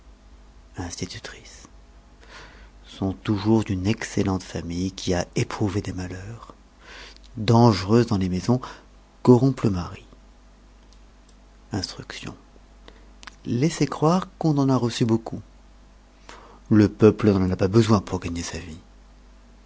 institutrices sont toujours d'une excellente famille qui a éprouvé des malheurs dangereuses dans les maisons corrompent le mari instruction laisser croire qu'on en a reçu beaucoup le peuple n'en a pas besoin pour gagner sa vie